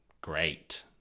great